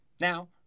Now